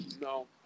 no